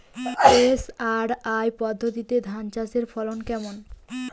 SRI পদ্ধতি ধান চাষের ফলন কেমন?